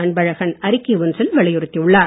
அன்பழகன் அறிக்கை ஒன்றில் வலியுறுத்தியுள்ளார்